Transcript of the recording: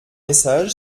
message